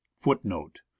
Footnote